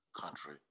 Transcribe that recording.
country